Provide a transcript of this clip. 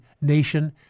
nation